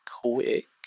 quick